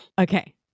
Okay